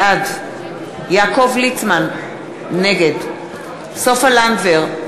בעד יעקב ליצמן, נגד סופה לנדבר,